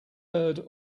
heard